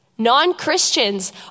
Non-Christians